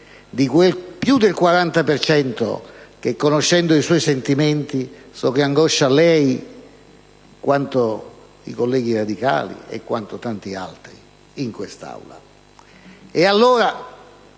40 per cento che, conoscendo i suoi sentimenti, angoscia lei quanto i colleghi radicali e quanto altri in questa Aula.